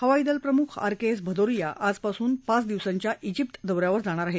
हवाईदल प्रमुख आरकेएस भदौरिया आजपासून पाच दिवसांच्या ाजिप्त दौऱ्यावर जाणार आहेत